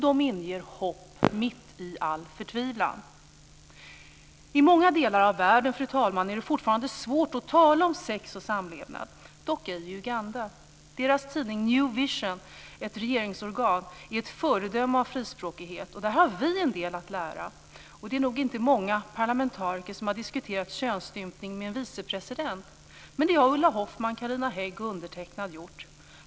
De inger hopp mitt i all förtvivlan. I många delar av världen, fru talman, är det fortfarande svårt att tala om sex och samlevnad. Dock ej i Uganda. Tidningen New Vision, ett regeringsorgan, är ett föredöme av frispråkighet. Där har vi en del att lära. Det är nog inte många parlamentariker som har diskuterat könsstympning med en vice president. Men det har Ulla Hoffmann, Carina Hägg och undertecknad gjort.